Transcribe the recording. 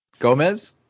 Gomez